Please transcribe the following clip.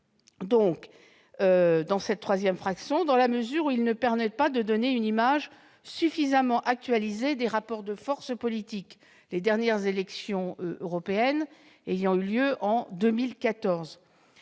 de la troisième partie parce que ces résultats ne permettent pas de donner une image suffisamment actualisée des rapports de force politiques, les dernières élections européennes ayant eu lieu en 2014.